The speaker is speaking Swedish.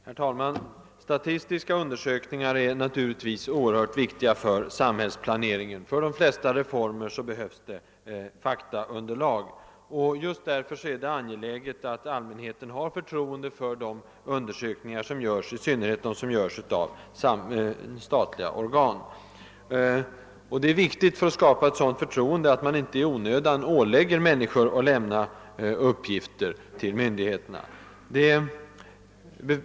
Herr talman! Statistiska undersökningar är oerhört viktiga för samhällsplaneringen, för de flesta reformer behövs det faktaunderlag. Just därför är det angeläget att allmänheten har förtroende för de undersökningar som görs, i synnerhet för dem som företas av statliga organ. För att skapa ett sådant förtroende är det väsentligt att man inte i onödan ålägger människor att lämna uppgifter till myndigheterna.